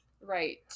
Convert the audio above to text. right